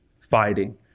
fighting